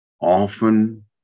Often